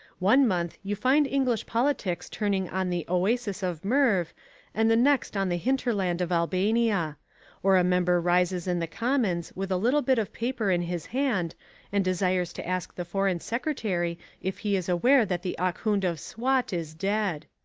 one month you find english politics turning on the oasis of merv and the next on the hinterland of albania or a member rises in the commons with a little bit of paper in his hand and desires to ask the foreign secretary if he is aware that the ahkoond of swat is dead.